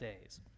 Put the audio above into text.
days